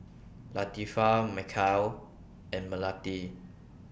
Latifa Mikhail and Melati